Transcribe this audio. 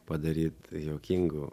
padaryti juokingų